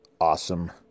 Awesome